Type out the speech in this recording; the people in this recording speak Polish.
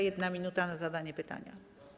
1 minuta na zadanie pytania.